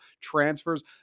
transfers